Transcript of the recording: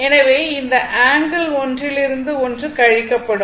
எனவே இந்த ஆங்கிள் ஒன்றிலிருந்து ஒன்று கழிக்கப்படும்